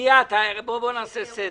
בואו נעשה סדר.